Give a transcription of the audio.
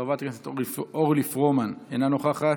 חברת הכנסת אורלי פרומן, אינה נוכחת,